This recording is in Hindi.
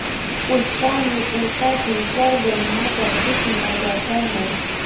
पुष्पा ने पूछा कि कर गणना कैसे किया जाता है?